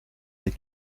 les